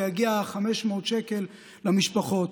ויגיעו 500 שקלים למשפחות.